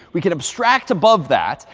we can abstract above that,